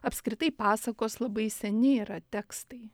apskritai pasakos labai seniai yra tekstai